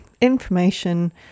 information